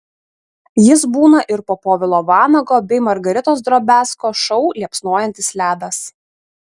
jis būna ir po povilo vanago bei margaritos drobiazko šou liepsnojantis ledas